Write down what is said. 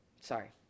Sorry